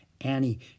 Annie